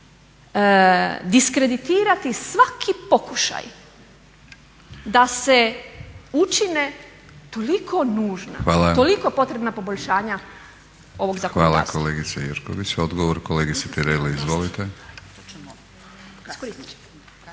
diskreditirati svaki pokušaj da se učine toliko nužna, toliko potrebna poboljšanja ovog zakonodavstva? **Batinić, Milorad (HNS)** Hvala kolegice Jerković. Odgovor, kolegica Tireli. Izvolite.